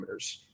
parameters